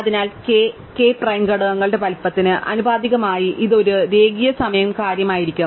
അതിനാൽ k k prime ഘടകങ്ങളുടെ വലുപ്പത്തിന് ആനുപാതികമായി ഇത് ഒരു രേഖീയ സമയ കാര്യമായിരിക്കും